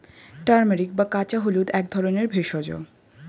turmeric বা কাঁচা হলুদ হল এক ধরনের ভেষজ